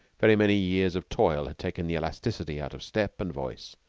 very many years of toil had taken the elasticity out of step and voice.